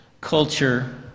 culture